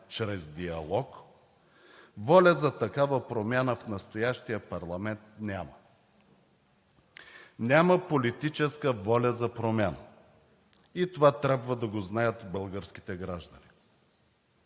чрез диалог, воля за такава промяна в настоящия парламент няма. Няма политическа воля за промяна и това трябва да го знаят българските граждани.